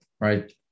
right